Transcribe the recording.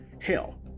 Hell